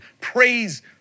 praise